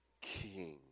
king